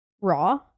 raw